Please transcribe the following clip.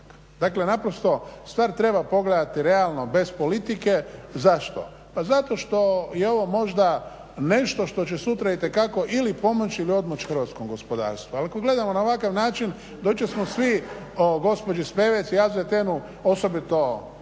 Dakle, naprosto stvar treba pogledati realno bez politike. Zašto? Pa zato što je ovo možda nešto što će sutra itekako ili pomoći ili odmoći hrvatskom gospodarstvu. Ali ako gledamo na ovakav način, do jučer smo svi o gospođi Spevec i AZTN-u osobito